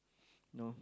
no